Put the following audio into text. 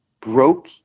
broke